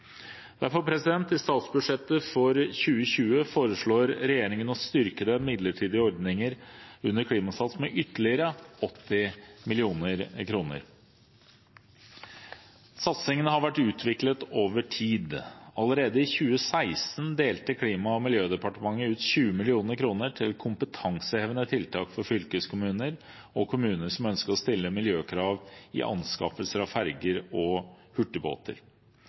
Derfor foreslår regjeringen i statsbudsjettet for 2020 å styrke den midlertidige ordningen under Klimasats med ytterligere 80 mill. kr. Satsingen har vært utviklet over tid. Allerede i 2016 delte Klima- og miljødepartementet ut 20 mill. kr til kompetansehevende tiltak for fylkeskommuner og kommuner som ønsket å stille miljøkrav i anskaffelser av ferger og hurtigbåter.